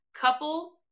couple